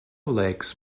lakes